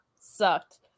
sucked